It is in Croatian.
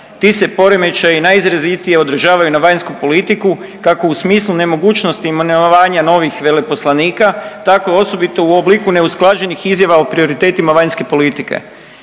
Ti se poremećaji najizrazitije održavaju na vanjsku politiku kako u smislu nemogućnosti imenovanja novih veleposlanika tako osobito u obliku neusklađenih izjava o prioritetima vanjske politike.